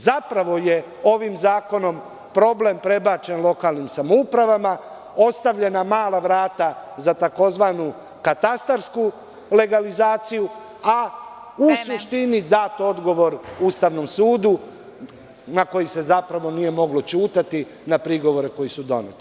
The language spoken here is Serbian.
Zapravo je ovim zakonom problem prebačen lokalnim samoupravama, ostavljena mala vrata za tzv. katastarsku legalizaciju, a u suštini dat odgovor Ustavnom sudu na koji se nije moglo ćutati na prigovore koji su doneti.